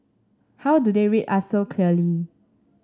how do they read us so clearly